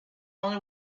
only